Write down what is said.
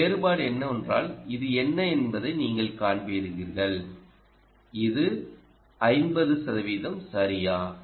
இந்த வேறுபாடு என்னவென்றால் இது என்ன என்பதை நீங்கள் காண்பீர்கள் இதை எழுதினால் இது 50 சதவிகிதம் சரியா